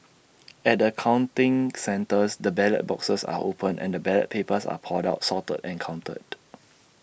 at the counting centres the ballot boxes are opened and the ballot papers are poured out sorted and counted